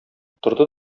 утырды